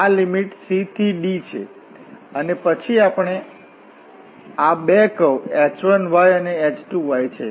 આ limit c થી d છે અને પછી આપણી પાસે આ બે કર્વ h1 અને h2 છે